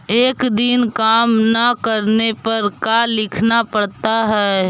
एक दिन काम न करने पर का लिखना पड़ता है?